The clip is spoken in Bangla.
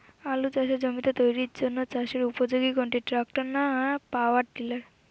আলু চাষের জমি তৈরির জন্য চাষের উপযোগী কোনটি ট্রাক্টর না পাওয়ার টিলার?